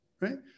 right